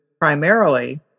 primarily